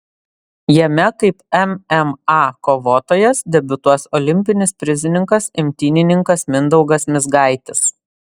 jame kaip mma kovotojas debiutuos olimpinis prizininkas imtynininkas mindaugas mizgaitis